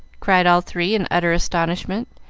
cried all three, in utter astonishment,